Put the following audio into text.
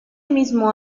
mismo